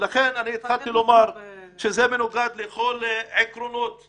ולכן, אני התחלתי לומר שזה מנוגד לכל עקרון של